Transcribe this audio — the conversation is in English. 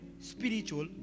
spiritual